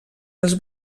els